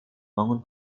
bangun